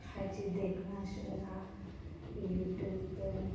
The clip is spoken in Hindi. हर चीज़ देखना सुनना यूट्यूब पे